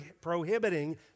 prohibiting